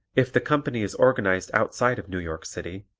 if the company is organized outside of new york city,